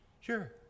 Sure